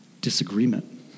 disagreement